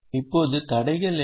இப்போது தடைகள் என்ன